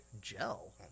Gel